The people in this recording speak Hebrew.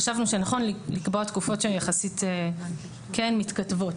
חשבנו שנכון לקבוע תקופות שהן יחסית כן מתכתבות,